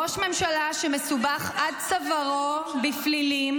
ראש ממשלה שמסובך עד צווארו בפלילים